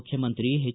ಮುಖ್ಯಮಂತ್ರಿ ಎಚ್